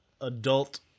adult